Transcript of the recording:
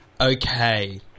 Okay